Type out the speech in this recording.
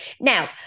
Now